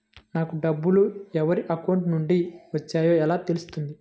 నాకు డబ్బులు ఎవరి అకౌంట్ నుండి వచ్చాయో ఎలా తెలుస్తుంది?